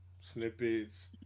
Snippets